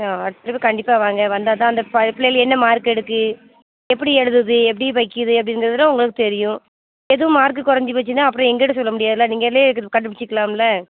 ஆ அடுத்த ட்ரிப்பு கண்டிப்பாக வாங்க வந்தால்தான் அந்த ப பிள்ளைகள் என்ன மார்க் எடுக்குது எப்படி எழுதுது எப்படி வைக்கிது அப்படின்றதுலாம் உங்களுக்கு தெரியும் எதுவும் மார்க் குறைஞ்சு போச்சுன்னால் அப்புறம் எங்கள்கிட்ட சொல்ல முடியாதில்ல நீங்களே கண்டுபிடிச்சிக்கலாம்ல